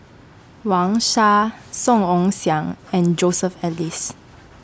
Wang Sha Song Ong Siang and Joseph Elias